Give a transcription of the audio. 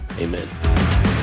amen